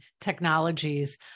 Technologies